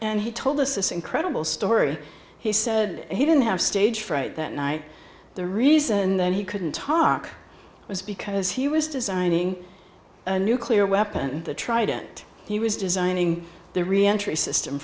and he told us this incredible story he said he didn't have stage fright that night the reason that he couldn't talk was because he was designing a nuclear weapon the trident he was designing